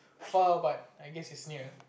far but I guess is near